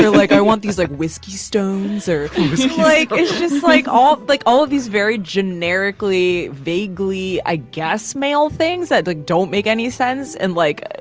like, i want these like whiskey stones or like it's just like all like all of these very generically, vaguely, i guess, male things that don't make any sense. and like,